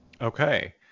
Okay